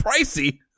pricey